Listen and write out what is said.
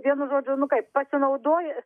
vienu žodžiu nu kaip pasinaudoja